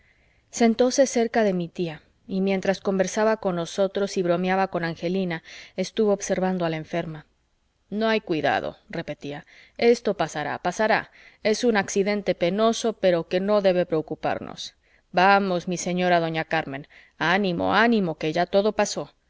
nervios sentóse cerca de mi tía y mientras conversaba con nosotros y bromeaba con angelina estuvo observando a la enferma no hay cuidado repetía esto pasará pasará es un accidente penoso pero que no debe preocuparnos vamos mi señora doña carmen ánimo ánimo que ya todo pasó